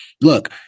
look